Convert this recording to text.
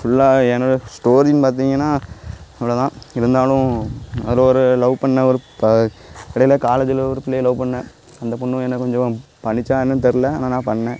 ஃபுல்லாக எனது ஸ்டோரின்னு பார்த்திங்கன்னா இவ்வளோ தான் இருந்தாலும் அதில் ஒரு லவ் பண்ணிணேன் ஒரு ப இடையில காலேஜில் ஒரு பிள்ளையை லவ் பண்ணிணேன் அந்த பொண்ணும் என்னை கொஞ்சம் பண்ணுச்சா என்னென்னு தெரில ஆனால் நான் பண்ணிணேன்